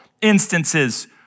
instances